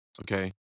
okay